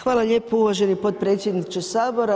Hvala lijepo uvaženi potpredsjedniče Sabora.